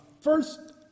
first